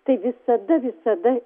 tai visada visada